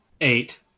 Eight